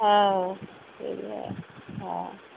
ହଁ ସେଇଆ ହଁ